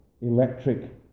electric